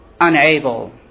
unable